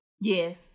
Yes